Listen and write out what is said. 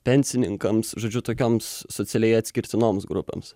pensininkams žodžiu tokioms socialiai atskirtinoms grupėms